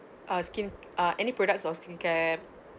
asking uh any products of skincare